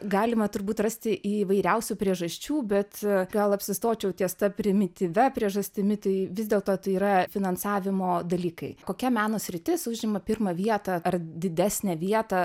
galima turbūt rasti įvairiausių priežasčių bet gal apsistočiau ties ta primityvia priežastimi tai vis dėlto tai yra finansavimo dalykai kokia meno sritis užima pirmą vietą ar didesnę vietą